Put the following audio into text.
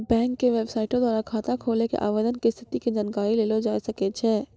bank के बेबसाइटो द्वारा खाता खोलै के आवेदन के स्थिति के जानकारी लेलो जाय सकै छै